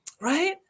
right